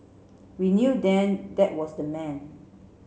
we knew then that was the man